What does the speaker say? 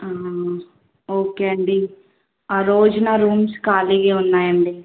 okay అండి ఆ రోజున రూమ్స్ ఖాళీగా ఉన్నాయండి